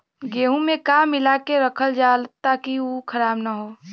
गेहूँ में का मिलाके रखल जाता कि उ खराब न हो?